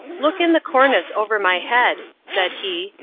look in the cornice over my head, said he,